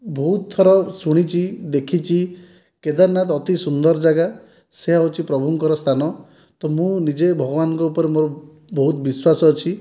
ବହୁତ ଥର ଶୁଣିଛି ଦେଖିଛି କେଦାରନାଥ ଅତି ସୁନ୍ଦର ଜାଗା ସେ ହେଉଛି ପ୍ରଭୁଙ୍କର ସ୍ଥାନ ତ ମୁଁ ନିଜେ ଭଗବାନଙ୍କ ଉପରେ ମୋର ବହୁତ ବିଶ୍ବାସ ଅଛି